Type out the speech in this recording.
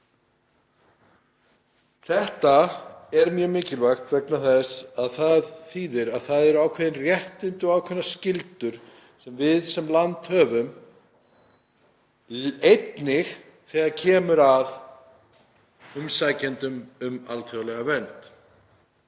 Þetta er mjög mikilvægt vegna þess að það þýðir að það eru ákveðin réttindi og ákveðnar skyldur sem við sem þjóð höfum, einnig þegar kemur að umsækjendum um alþjóðlega vernd.